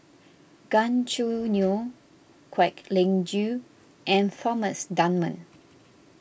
Gan Choo Neo Kwek Leng Joo and Thomas Dunman